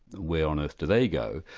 where on earth do they go?